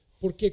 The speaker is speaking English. Porque